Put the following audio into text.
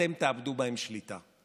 אתם תאבדו שליטה בהם.